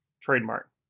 Trademark